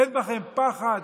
אין בכם פחד?